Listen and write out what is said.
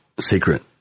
secret